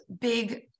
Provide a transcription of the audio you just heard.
big